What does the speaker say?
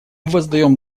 воздаем